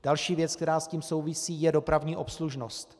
Další věc, která s tím souvisí, je dopravní obslužnost.